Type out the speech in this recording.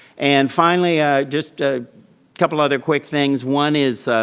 and finally, ah just a couple other quick things, one is,